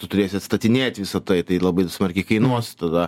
tu turėsi atstatinėt visa tai tai labai smarkiai kainuos tada